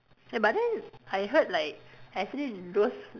eh but then I heard like actually those